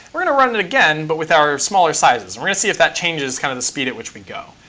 we're going to run it again but with our smaller sizes, and we're going to see if that changes kind of the speed at which we go.